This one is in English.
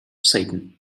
satan